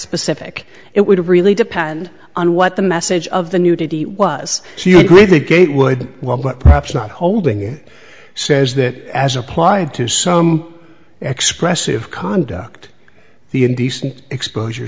specific it would really depend on what the message of the nudity was with the gate would well but perhaps not holding it says that as applied to some expressive conduct the indecent exposure